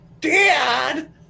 Dad